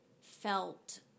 felt